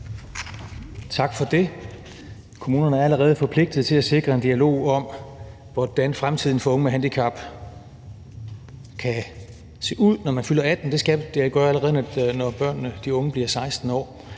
Tak for det. Kommunerne er allerede forpligtet til at sikre en dialog om, hvordan fremtiden for unge med handicap kan se ud, når de fylder 18 år. Det skal kommunerne allerede gøre, når de unge bliver 16 år,